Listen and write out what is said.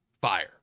Fire